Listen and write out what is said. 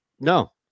No